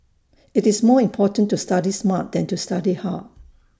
IT is more important to study smart than to study hard